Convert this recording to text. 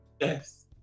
Yes